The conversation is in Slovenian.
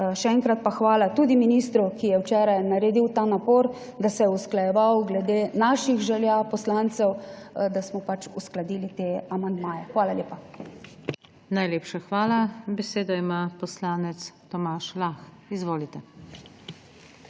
Še enkrat pa hvala tudi ministru, ki je včeraj naredil ta napor, da se je usklajeval glede želja poslancev, da smo uskladili te amandmaje. Hvala lepa. PODPREDSEDNICA NATAŠA SUKIČ: Najlepša hvala. Besedo ima poslanec Tomaž Lah. Izvolite.